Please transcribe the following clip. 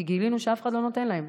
כי גילינו שאף אחד לא נותן להם.